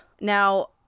Now